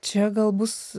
čia gal bus